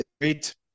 great